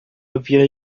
havia